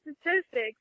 statistics